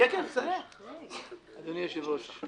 אדוני היושב-ראש,